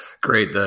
Great